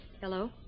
Hello